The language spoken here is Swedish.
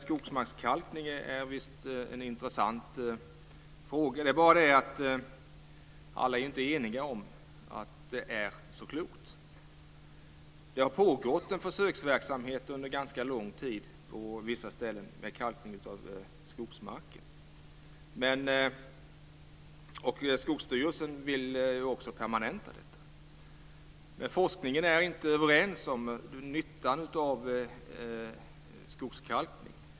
Skogsmarkskalkning är en intressant fråga, men alla är inte eniga om att det är så klokt. Det har pågått en försöksverksamhet under ganska lång tid på vissa ställen med kalkning av skogsmarker. Skogsstyrelsen vill också permanenta detta. Men forskningen är inte överens om nyttan av skogskalkning.